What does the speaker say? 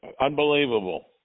Unbelievable